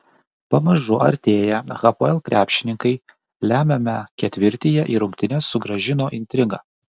pamažu artėję hapoel krepšininkai lemiame ketvirtyje į rungtynes sugrąžino intriga